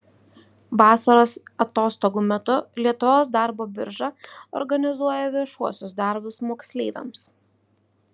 vasaros atostogų metu lietuvos darbo birža organizuoja viešuosius darbus moksleiviams